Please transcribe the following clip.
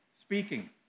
speaking